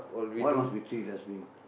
why must be three dustbin